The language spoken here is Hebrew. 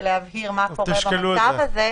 ולהבהיר מה קורה במצב הזה,